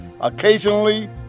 occasionally